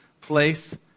place